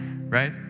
right